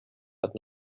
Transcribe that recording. but